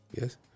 yes